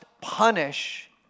punish